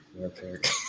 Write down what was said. Okay